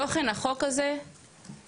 תוכן החוק הזה היה